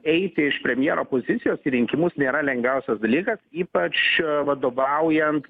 eiti iš premjero pozicijos į rinkimus nėra lengviausias dalykas ypač vadovaujant